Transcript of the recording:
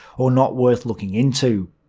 or not worth looking into.